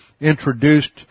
introduced